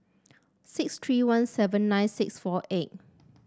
six three one seven nine six four eight